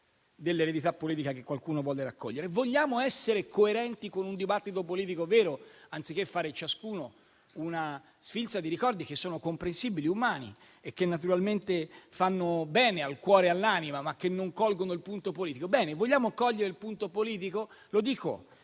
dell'eredità politica che qualcuno vuole raccogliere. Se vogliamo essere coerenti con un dibattito politico vero, anziché fare ciascuno una sfilza di ricordi che sono comprensibili e umani e che naturalmente fanno bene al cuore e all'anima, ma che non colgono il punto politico - mi rivolgo al ministro Salvini,